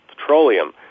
petroleum